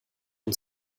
und